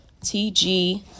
tg